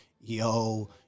Yo